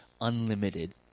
unlimited